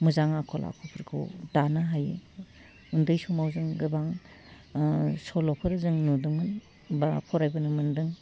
मोजां आखल आखुफोरखौ दानो हायो उन्दै समाव जों गोबां सल'फोर जों नुदोंमोन बा फरायबोनो मोनदों